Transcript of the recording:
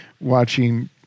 watching